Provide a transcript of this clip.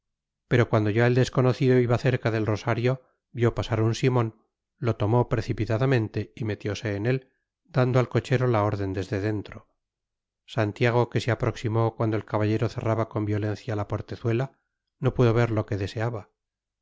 pero cuando ya el desconocido iba cerca del rosario vio pasar un simón lo tomó precipitadamente y metiose en él dando al cochero la orden desde dentro santiago que se aproximó cuando el caballero cerraba con violencia la portezuela no pudo ver lo que deseaba